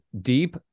deep